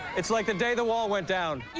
it's like the day the wall went down.